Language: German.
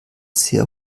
sehr